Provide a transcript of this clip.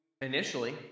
initially